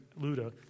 Luda